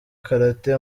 karate